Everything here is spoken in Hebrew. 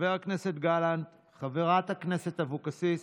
חבר הכנסת גלנט, חברת הכנסת אבקסיס,